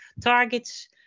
targets